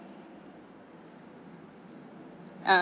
uh